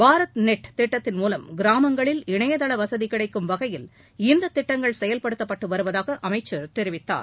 Bharat net திட்டத்தின் மூலம் கிராமங்களில் இணையதள வசதி கிடைக்கும் வகையில் இந்த திட்டங்கள் செயல்படுத்தப்பட்டு வருவதாக அமைச்சர் தெரிவித்தார்